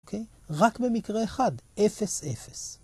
אוקיי, ‫רק במקרה אחד, אפס-אפס.